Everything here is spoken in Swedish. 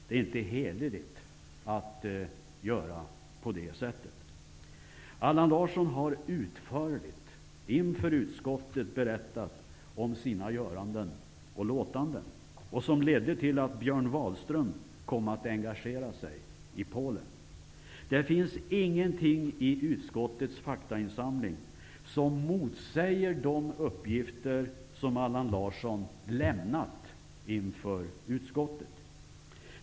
Det är inte hederligt att göra på det sättet. Allan Larsson har inför utskottet utförligt berättat om sina göranden och låtanden, vilket ledde till att Björn Wahlström kom att engagera sig i Polen. Det finns ingenting i utskottets faktainsamling som motsäger de uppgifter som Allan Larsson har lämnat inför utskottet.